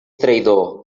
traïdor